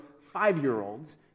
five-year-olds